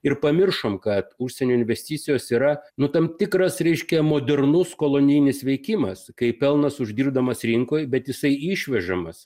ir pamiršom kad užsienio investicijos yra nu tam tikras reiškia modernus kolonijinis veikimas kai pelnas uždirbamas rinkoje bet jisai išvežamas